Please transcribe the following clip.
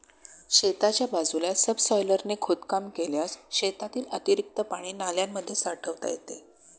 शेताच्या बाजूला सबसॉयलरने खोदकाम केल्यास शेतातील अतिरिक्त पाणी नाल्यांमध्ये साठवता येते